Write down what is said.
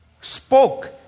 spoke